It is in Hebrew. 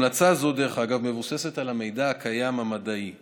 המלצה זו, דרך אגב, מבוססת על המידע המדעי הקיים.